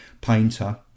painter